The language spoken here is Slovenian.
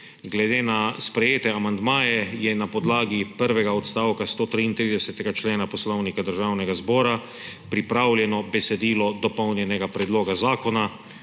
Glede na sprejete amandmaje je na podlagi prvega odstavka 133. člena Poslovnika Državnega zbora pripravljeno besedilo dopolnjenega predloga zakona,